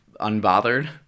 unbothered